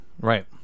Right